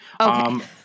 Okay